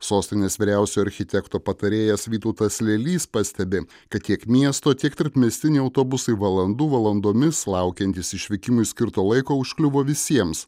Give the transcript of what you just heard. sostinės vyriausiojo architekto patarėjas vytautas lelys pastebi kad tiek miesto tiek tarpmiestiniai autobusai valandų valandomis laukiantys išvykimui skirto laiko užkliuvo visiems